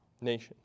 nation